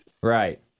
Right